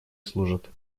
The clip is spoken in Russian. служат